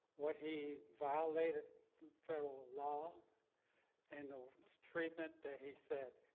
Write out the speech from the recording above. what he violated federal law and the treatment that he said,